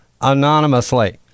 anonymously